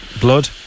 Blood